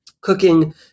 Cooking